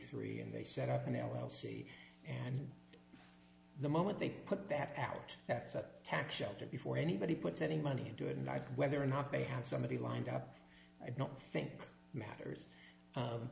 three and they set up an l l c and the moment they put that out that's a tax shelter before anybody puts any money into it and i think whether or not they have somebody lined up i don't think matters